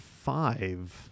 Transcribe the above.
five